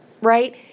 right